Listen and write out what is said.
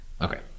Okay